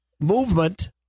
movement